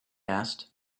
asked